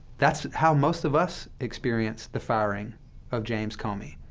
that's how most of us experienced the firing of james comey.